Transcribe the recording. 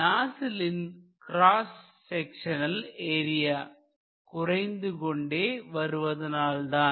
நாசிலின் cross sectional area குறைந்து கொண்டே வருவதனால் தான்